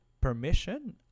permission